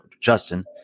Justin